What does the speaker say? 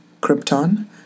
krypton